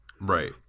Right